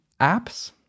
apps